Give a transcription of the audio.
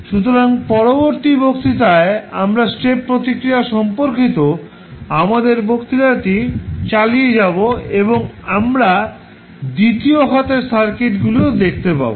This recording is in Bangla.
সুতরাং পরবর্তী বক্তৃতায় আমরা স্টেপ প্রতিক্রিয়া সম্পর্কিত আমাদের বক্তৃতাটি চালিয়ে যাব এবং আমরা দ্বিতীয় ঘাতের সার্কিটগুলিও দেখতে পাব